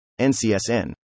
NCSN